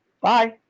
Bye